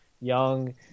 young